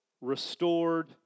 restored